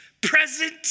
present